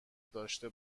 داشته